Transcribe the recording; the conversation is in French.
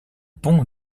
pont